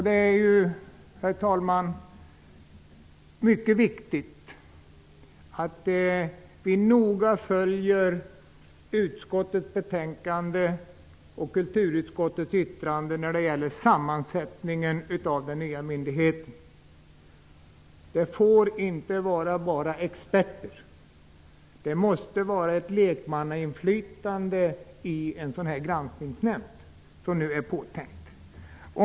Det är mycket viktigt att vi noga följer utskottets betänkande och kulturutskottets yttrande när det gäller sammansättningen av den nya myndigheten. Den får inte bara innehålla experter. Det måste finnas ett lekmannainflytande i en sådan granskningsnämnd som nu är påtänkt.